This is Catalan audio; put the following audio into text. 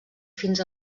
fins